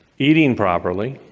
eating properly,